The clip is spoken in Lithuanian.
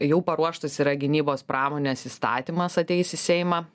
jau paruoštas yra gynybos pramonės įstatymas ateis į seimą